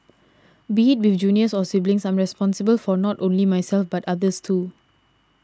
be it with juniors or siblings I'm responsible for not only myself but others too